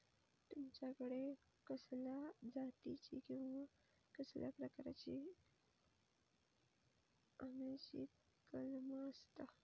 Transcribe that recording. तुमच्याकडे कसल्या जातीची किवा कसल्या प्रकाराची आम्याची कलमा आसत?